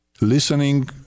listening